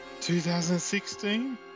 2016